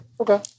Okay